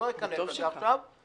אני לא אכנס לזה עכשיו.